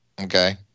Okay